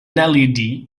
led